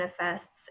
manifests